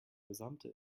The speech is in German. gesamte